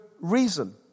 reason